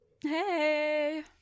hey